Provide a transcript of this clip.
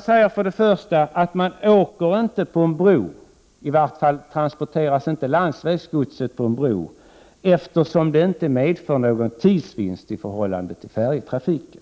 säger till att börja med att man inte åker på en bro — i vart fall transporteras inte landsvägsgodset på en bro — eftersom det inte medför någon tidsvinst i Prot. 1988/89:35 förhållande till färjetrafiken.